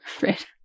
Right